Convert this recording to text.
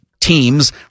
teams